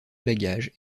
bagages